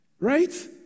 right